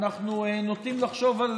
אנחנו נוטים לחשוב על